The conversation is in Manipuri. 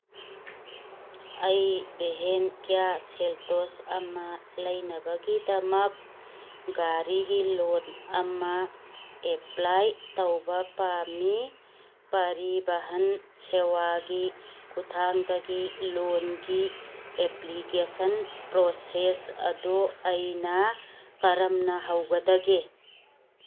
ꯑꯩ ꯚꯦꯟ ꯀ꯭ꯌꯥ ꯁꯦꯛꯇꯣꯁ ꯑꯃ ꯂꯩꯅꯕꯒꯤꯗꯃꯛ ꯒꯥꯔꯤꯒꯤ ꯂꯣꯟ ꯑꯃ ꯑꯦꯄ꯭ꯂꯥꯏ ꯇꯧꯕ ꯄꯥꯝꯃꯤ ꯄꯥꯔꯤꯕꯍꯟ ꯁꯦꯕꯥꯒꯤ ꯈꯨꯠꯊꯥꯡꯗꯒꯤ ꯂꯣꯟꯒꯤ ꯑꯦꯄ꯭ꯂꯤꯀꯦꯁꯟ ꯄ꯭ꯔꯣꯁꯦꯁ ꯑꯗꯨ ꯑꯩꯅ ꯀꯔꯝꯅ ꯍꯧꯒꯗꯒꯦ